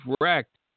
wrecked